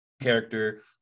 character